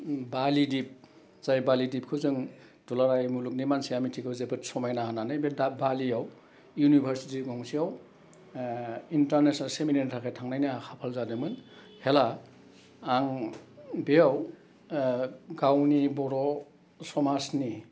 बालिदीप जाय बालिदीपखौ जों दुलाराय मुलुगनि मानसिया मिथिगौ जोबोद समायना होन्नानै बे दा बालियाव इउनिभारसिटि गंसेयाव इन्टारनेसनेल सेमिनारनि थाखाय थांनायनि आंहा खाफाल जादोंमोन हेला आं बेयाव गावनि बर' समाजनि